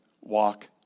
walk